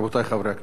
רבותי חברי הכנסת,